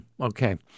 Okay